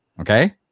Okay